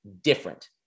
different